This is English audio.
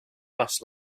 bus